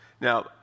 Now